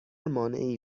مانعی